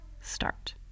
start